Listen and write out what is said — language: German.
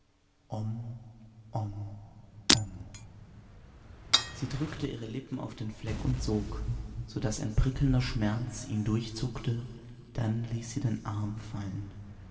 sie drückte ihre lippen auf den fleck und sog so daß ein prickelnder schmerz ihn durchzuckte dann ließ sie den arm fallen